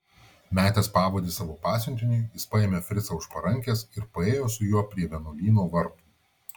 metęs pavadį savo pasiuntiniui jis paėmė fricą už parankės ir paėjo su juo prie vienuolyno vartų